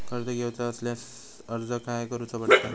कर्ज घेऊचा असल्यास अर्ज खाय करूचो पडता?